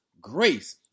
grace